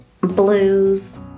blues